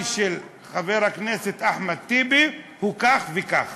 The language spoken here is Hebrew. של חבר הכנסת אחמד טיבי הוא כך וכך